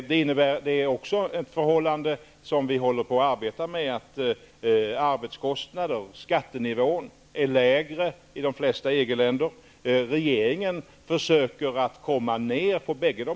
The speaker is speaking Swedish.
Något som vi också håller på att arbeta med är att sänka arbetskostnaden och skattenivån, eftersom dessa båda faktorer är lägre i de flesta EG länderna. Det är ett faktum.